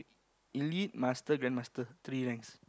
elite master grandmaster three ranks